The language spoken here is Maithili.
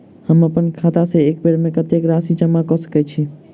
हम अप्पन खाता सँ एक बेर मे कत्तेक राशि जमा कऽ सकैत छी?